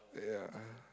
ya uh